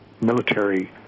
military